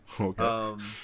Okay